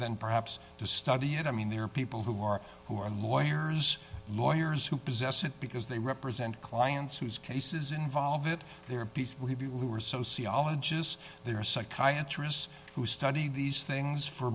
than perhaps to study it i mean there are people who are who are lawyers lawyers who possess it because they represent clients whose cases involve it there because we've you were sociologist there are psychiatrists who study these things for